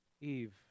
Eve